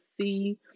see